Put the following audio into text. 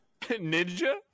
Ninja